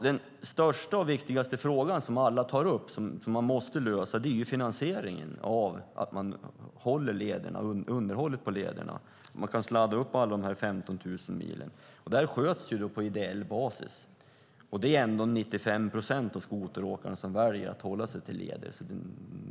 Den största och viktigaste frågan som alla tar upp, som man måste lösa, är finansieringen av underhållet av lederna så att man kan sladda upp alla de här 15 000 milen. Det sköts på ideell basis. Det är ändå 95 procent av skoteråkarna som väljer att hålla sig till leder.